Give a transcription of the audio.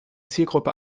zielgruppe